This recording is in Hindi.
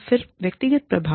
फिर व्यक्तिगत प्रभाव